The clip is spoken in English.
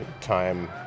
time